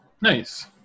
Nice